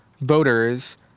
voters